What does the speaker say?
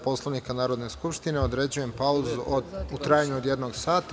Poslovnika Narodne skupštine, određujem pauzu u trajanju od jednog sata.